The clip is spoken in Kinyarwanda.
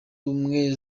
ubumwe